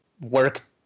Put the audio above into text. work